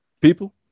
people